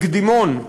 בקדימון,